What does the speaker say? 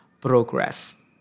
progress